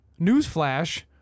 Newsflash